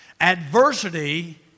Adversity